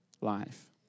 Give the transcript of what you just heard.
life